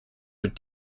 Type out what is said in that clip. would